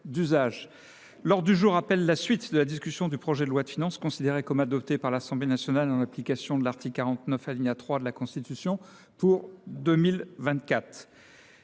Lors du jour, rappelle la suite de la discussion du projet de loi de finances, considérée comme adoptée par l'Assemblée nationale en application de l'article 49 aligne à 3 de la Constitution pour 2024.